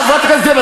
חברת הכנסת גרמן,